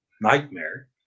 nightmare